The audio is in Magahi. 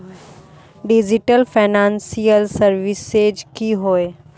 डिजिटल फैनांशियल सर्विसेज की होय?